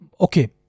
Okay